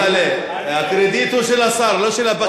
כצל'ה, הקרדיט הוא של השר ולא של הפקיד.